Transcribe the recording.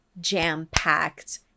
jam-packed